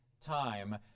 time